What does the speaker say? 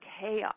chaos